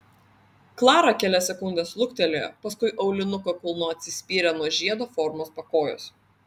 klara kelias sekundes luktelėjo paskui aulinuko kulnu atsispyrė nuo žiedo formos pakojos